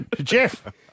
Jeff